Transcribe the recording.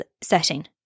setting